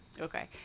okay